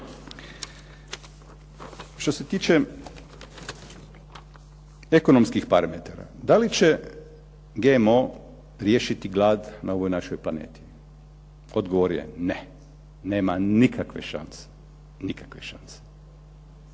Što se tiče ekonomskih parametara, da li će GMO riješiti glad na ovoj našoj planeti? Odgovor je ne. Nema nikakve šanse. Znate GMO